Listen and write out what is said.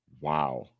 Wow